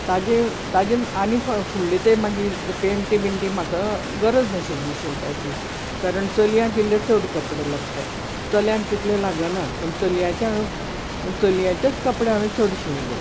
ताजेर ताजे आनी फुडले मागीर पेंटी बिंटी म्हाका गरज नाशिल्ली शिवपाची कारण चलयांक इल्ले चड कपडे लागतात चल्यांक तितले लागनात पण चलयांचे हांवें चलयांचे कपडे हांवें चड शिवले